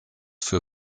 für